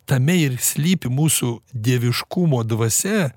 tame ir slypi mūsų dieviškumo dvasia